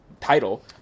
title